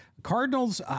Cardinals